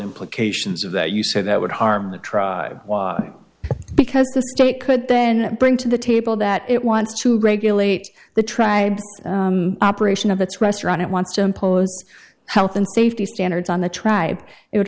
implications of that you say that would harm the try why because the state could then bring to the table that it wants to regulate the tribe operation of its restaurant it wants to impose health and safety standards on the tribe it would